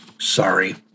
Sorry